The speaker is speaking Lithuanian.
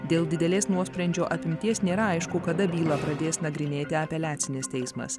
dėl didelės nuosprendžio apimties nėra aišku kada bylą pradės nagrinėti apeliacinis teismas